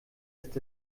ist